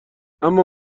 اما